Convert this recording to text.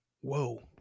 Whoa